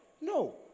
No